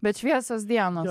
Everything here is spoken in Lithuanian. bet šviesios dienos